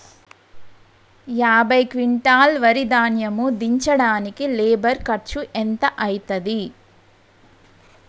యాభై క్వింటాల్ వరి ధాన్యము దించడానికి లేబర్ ఖర్చు ఎంత అయితది?